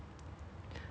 then like we were like